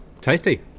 tasty